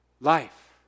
life